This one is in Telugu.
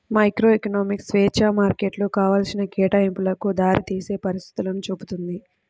మైక్రోఎకనామిక్స్ స్వేచ్ఛా మార్కెట్లు కావాల్సిన కేటాయింపులకు దారితీసే పరిస్థితులను చూపుతుంది